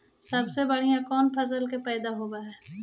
सबसे बढ़िया कौन फसलबा पइदबा होब हो?